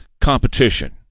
competition